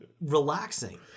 relaxing